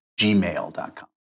gmail.com